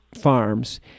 Farms